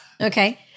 Okay